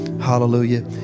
Hallelujah